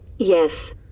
Yes